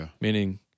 meaning